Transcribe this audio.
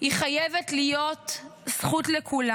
היא חייבת להיות זכות לכולם.